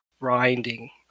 grinding